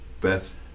Best